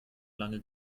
lange